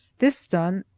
this done,